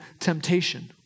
temptation